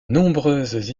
nombreuses